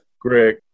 Greg